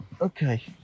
Okay